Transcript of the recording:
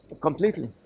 Completely